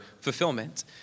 fulfillment